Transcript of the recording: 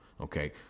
Okay